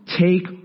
Take